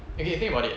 okay think about it